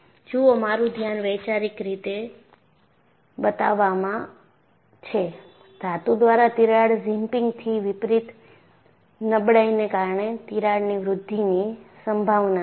જુઓ મારું ધ્યાન વૈચારિક રીતે બતાવામાં છે ધાતુ દ્વારા તિરાડ ઝિપિંગથી વિપરીત નબળાઈને કારણે તિરાડની વૃદ્ધિની સંભાવના છે